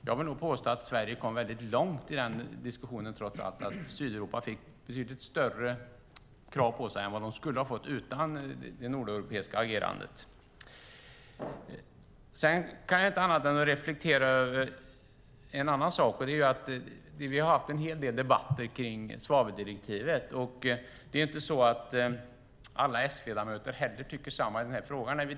Jag vill påstå att Sverige kom långt i denna diskussion och att Sydeuropa fick större krav på sig än de skulle ha fått utan det nordeuropeiska agerandet. Vi har haft en hel del debatter om svaveldirektivet, och alla S-ledamöter tycker inte likadant i frågan.